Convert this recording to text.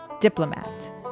diplomat